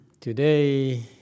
Today